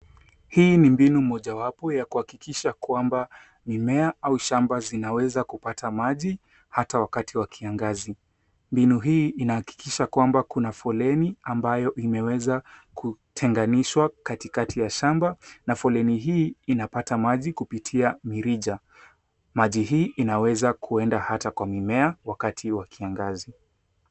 Hii ni mbinu mojawapo ya kuhakikisha kwamba mimea au shamba zinaweza kupata maji hata wakati wa kiangazi. Mbinu hii inahakikisha kwamba kuna foleni ambayo imeweza kutenganishwa katikati ya shamba na foleni hii inapata maji kupitia mirija. Maji hii inaweza kuenda hata kwa mimea wakati wa kiangazi.